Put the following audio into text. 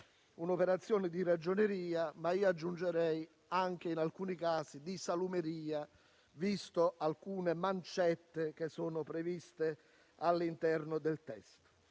un'operazione di ragioneria, ma aggiungerei anche, in alcuni casi, di salumeria, viste le mancette che sono previste all'interno del testo.